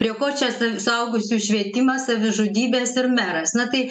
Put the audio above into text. prie ko čia suaugusiųjų švietimas savižudybės ir meras na tai